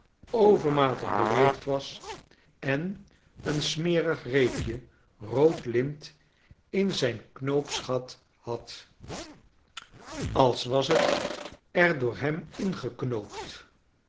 overmatig beleefd was en een smerig reepje rood lint in zijn knoopsgat had als was het er door hem ingeknoopt